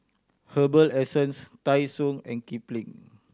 Herbal Essences Tai Sun and Kipling